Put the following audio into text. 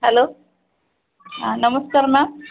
hello नमस्कार ma'am